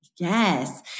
Yes